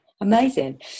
amazing